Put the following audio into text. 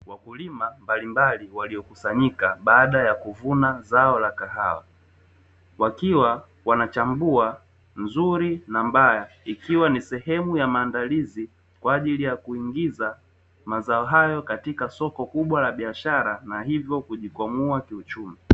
Wakulima mbalimbali, waliokusanyika baada ya kuvuna zao la kahawa, wakiwa wanachambua nzuri na mbaya, ikiwa ni sehemu ya maandalizi kwa ajili ya kuingiza mazao hayo katika soko kubwa la biashara, na hivyo kujikwamua kiuchumi.